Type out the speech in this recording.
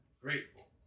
grateful